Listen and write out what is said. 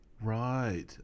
Right